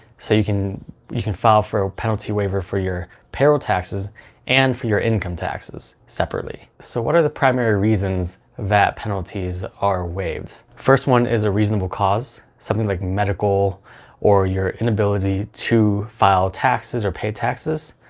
so you can you can file for a penalty waiver for your payroll taxes and for your income taxes separately. so what are the primary reasons that penalties are waved? first one is a reasonable cause. something like medical or your inability to file taxes or pay taxes.